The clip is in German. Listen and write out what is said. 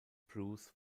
bruce